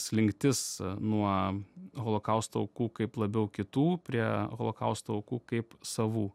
slinktis nuo holokausto aukų kaip labiau kitų prie holokausto aukų kaip savų